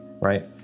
right